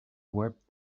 wrapped